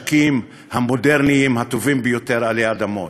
הנשק המודרני הטוב ביותר עלי אדמות.